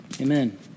Amen